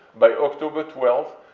by october twelfth,